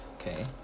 Okay